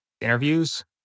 interviews